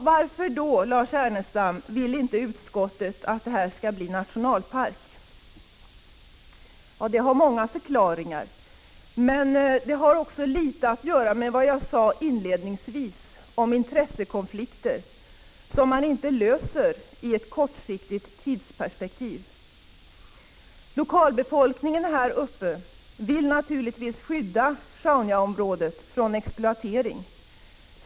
Varför vill då utskottet inte att detta område skall bli nationalpark, Lars Ernestam? Ja, det finns många förklaringar till det. Det har bl.a. litet att göra med det som jag sade inledningsvis om intressekonflikter som man inte löser i ett kortsiktigt tidsperspektiv. Lokalbefolkningen vill naturligtvis skydda Sjaunjaområdet från exploatering.